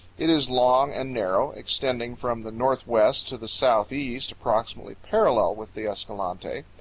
it is long and narrow, extending from the northwest to the southeast approximately parallel with the escalante.